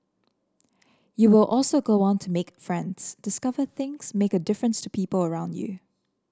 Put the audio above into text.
you will also go on to make friends discover things make a difference to people around you